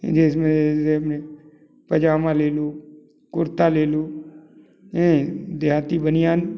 जिसमें पजामा ले लो कुर्ता ले लो देहाती बनियान